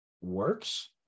works